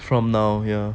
from now ya